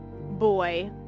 boy